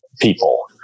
people